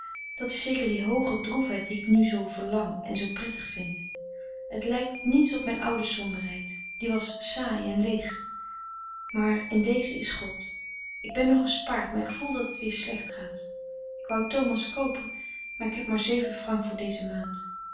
dat is zeker die hooge droefheid die ik nu zoo verlang en zoo prettig vind het lijkt niets op mijn oude somberheid die was saai en leeg maar in deze is god ik ben nog gespaard maar ik voel dat het weer slecht gaat ik wou thomas koopen maar ik heb maar francs voor deze maand